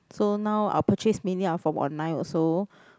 so now our purchase mainly are from online also